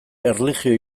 erlijio